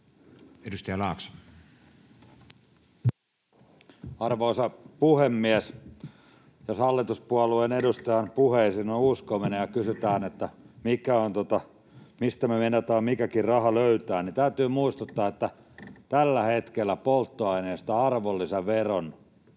Content: Arvoisa puhemies! Jos hallituspuolueen edustajan puheisiin on uskominen ja kysytään, että mistä me meinataan mikäkin raha löytää, niin täytyy muistuttaa, että tällä hetkellä polttoaineesta arvonlisäveron